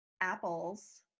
apples